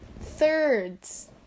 thirds